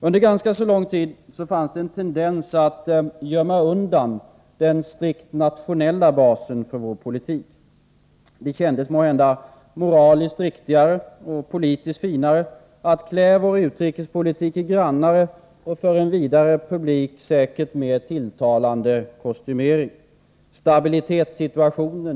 Under ganska lång tid fanns det en tendens att gömma undan den nationella basen för vår politik. Det kändes måhända moraliskt riktigare och politiskt finare att klä vår utrikespolitik i grannare, och för en vidare publik säkert mer tilltalande, kostymering.